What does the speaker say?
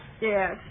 Yes